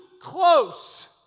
close